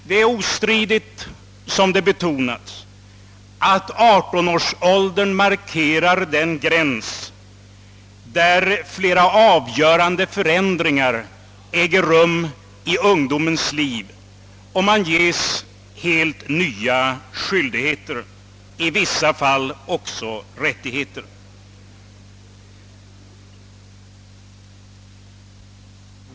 Det är ostridigt, som det betonats, att 18-årsåldern markerar en gräns där flera avgörande förändringar äger rum i ungdomens liv — ungdomarna får helt nya skyldigheter, i vissa fall också nya rättigheter.